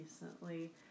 recently